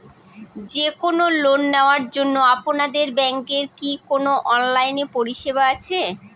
যে কোন লোন নেওয়ার জন্য আপনাদের ব্যাঙ্কের কি কোন অনলাইনে পরিষেবা আছে?